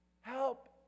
help